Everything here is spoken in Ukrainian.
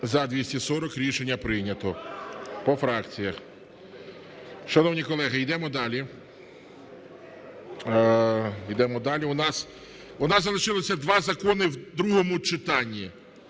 За-240 Рішення прийнято. По фракціях. Шановні колеги, йдемо далі. У нас залишилося два закони в другому читанні